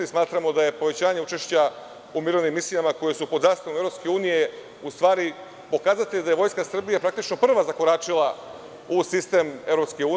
Smatramo da je povećanje učešća u mirovnim misijama koje su pod zastavom EU u stvari pokazatelj da je Vojska Srbije praktično prva zakoračila u sistem EU.